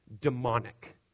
demonic